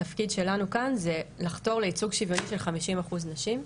התפקיד שלנו כאן זה לחתור לייצוג שוויוני של 50% נשים.